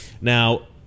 Now